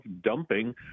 dumping